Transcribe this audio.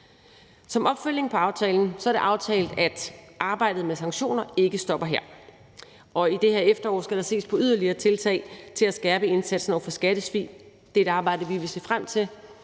Som opfølgning på aftalen er det aftalt, at arbejdet med sanktioner ikke stopper her, og i det her efterår skal der ses på yderligere tiltag til at skærpe indsatsen over for skattesvig. Det er et arbejde, vi vil se frem til,